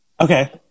Okay